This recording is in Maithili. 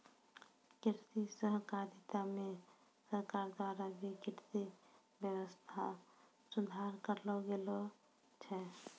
कृषि सहकारिता मे सरकार द्वारा भी कृषि वेवस्था सुधार करलो गेलो छै